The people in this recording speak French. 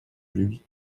lui